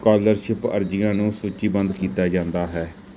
scholarship ਅਰਜ਼ੀਆਂ ਨੂੰ ਸੂਚੀਬੱਧ ਕੀਤਾ ਜਾਂਦਾ ਹੈ